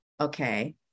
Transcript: okay